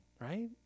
right